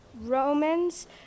Romans